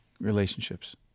relationships